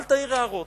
אל תעיר הערות.